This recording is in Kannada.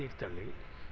ತೀರ್ಥಳ್ಳಿ